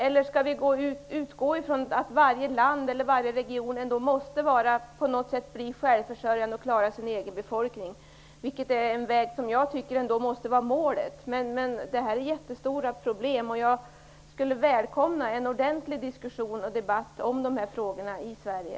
Eller skall vi utgå från att varje land/region på något sätt måste bli självförsörjande och klara sin egen befolkning? Det är en väg som jag tycker ändå måste vara målet. De här problemen är alltså mycket stora. Jag skulle välkomna en ordentlig diskussion och debatt om de här frågorna i Sverige.